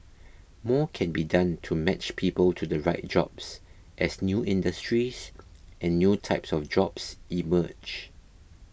more can be done to match people to the right jobs as new industries and new types of jobs emerge